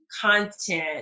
content